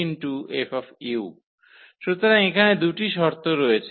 সুতরাং এখানে 2 টি শর্ত রয়েছে